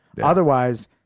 otherwise